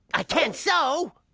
i can so!